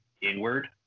inward